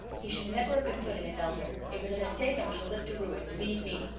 he should never have been put in as elder it was a mistake and we shall live to rue it, believe me!